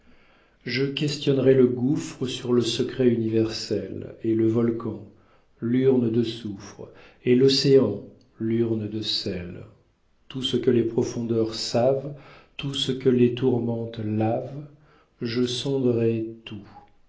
je questionnerai le gouffre sur le secret universel et le volcan l'urne de soufre et l'océan l'urne de sel tout ce que les profondeurs savent tout ce que les tourmentes lavent je sonderai tout